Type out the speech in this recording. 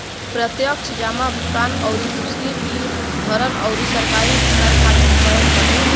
प्रत्यक्ष जमा भुगतान अउरी दूसर बिल भरला अउरी सरकारी भुगतान खातिर करत बाटे